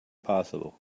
possible